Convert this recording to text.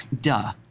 duh